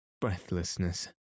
breathlessness